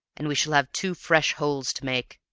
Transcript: and we shall have two fresh holes to make,